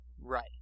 right